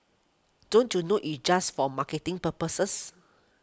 don't you know it's just for marketing purposes